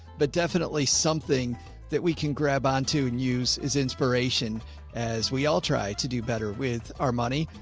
but definitely something that we can grab onto and use as inspiration as we all try to do better with our money.